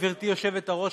גברתי היושבת-ראש,